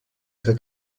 que